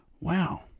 wow